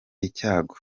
icyago